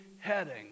heading